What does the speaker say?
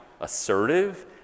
assertive